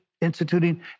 instituting